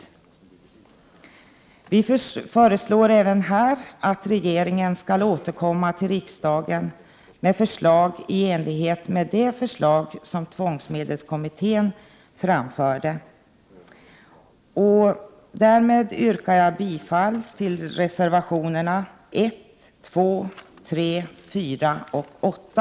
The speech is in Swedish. Även här föreslår vi att regeringen skall återkomma till riksdagen med ett förslag i enlighet med det förslag som tvångsmedelskommittén har framfört. Därmed yrkar jag bifall till reservationerna 1, 2, 3, 4 och 8.